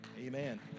Amen